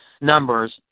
numbers